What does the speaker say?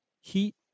heat